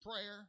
prayer